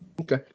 Okay